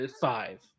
five